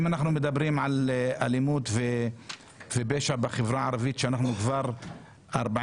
אם אנחנו מדברים על אלימות ופשע בחברה הערבית שאנחנו כבר 49,